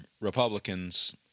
Republicans